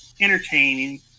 entertaining